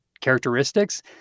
characteristics